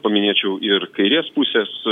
paminėčiau ir kairės pusės